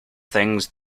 things